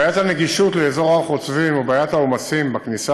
בעיית הנגישות לאזור הר-חוצבים או בעיית העומסים בכניסה